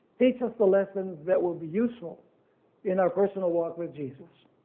teach us the lessons that will be useful in our personal walk with jesus.